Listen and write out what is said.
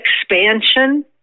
expansion